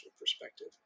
perspective